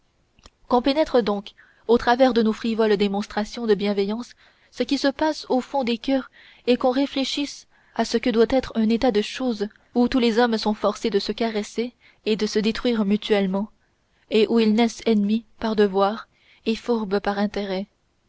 qu'on pénètre donc au travers de nos frivoles démonstrations de bienveillance ce qui se passe au fond des cœurs et qu'on réfléchisse à ce que doit être un état de choses où tous les hommes sont forcés de se caresser et de se détruire mutuellement et où ils naissent ennemis par devoir et fourbes par intérêt